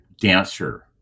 dancer